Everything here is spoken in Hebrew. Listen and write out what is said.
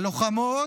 הלוחמות,